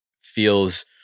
feels